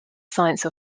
science